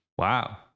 Wow